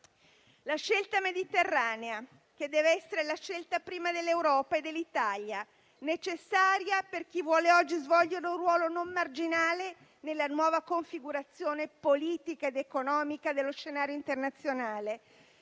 La scelta mediterranea, che deve essere la scelta prima dell'Europa e dell'Italia, necessaria per chi vuole oggi svolgere un ruolo non marginale nella nuova configurazione politica ed economica dello scenario internazionale,